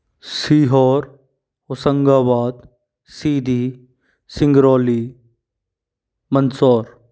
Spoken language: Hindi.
सीहोर होशंगाबाद सीदी सिंगरौली मंसौर